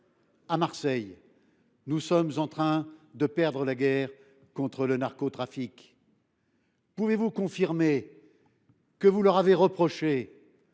À Marseille, nous sommes en train de perdre la guerre contre le narcotrafic »? Pouvez vous confirmer que vous leur avez reproché